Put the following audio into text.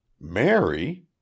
Mary